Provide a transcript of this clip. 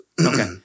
Okay